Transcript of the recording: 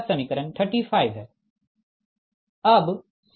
तो यह समीकरण 35 है